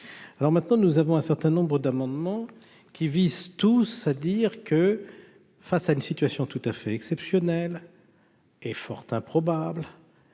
alors maintenant nous avons un certain nombre d'amendements qui visent tous à dire que face à une situation tout à fait exceptionnel. Et fort improbable